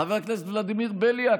חבר הכנסת ולדימיר בליאק,